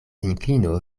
inklino